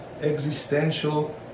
existential